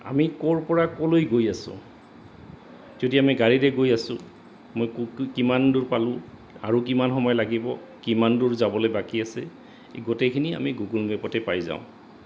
আমি ক'ৰপৰা ক'লৈ গৈ আছো যদি আমি গাড়ীতে গৈ আছো মই কিমান দূৰ পালোঁ আৰু কিমান সময় লাগিব কিমান দূৰ যাবলৈ বাকী আছে এই গোটেইখিনি আমি গুগুল মেপতে পাই যাওঁ